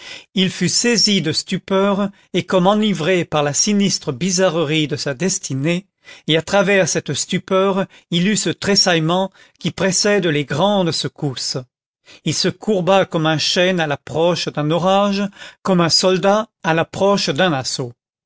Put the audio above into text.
il fut saisi de stupeur et comme enivré par la sinistre bizarrerie de sa destinée et à travers cette stupeur il eut ce tressaillement qui précède les grandes secousses il se courba comme un chêne à l'approche d'un orage comme un soldat à l'approche d'un assaut